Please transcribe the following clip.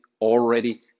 already